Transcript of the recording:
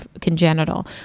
congenital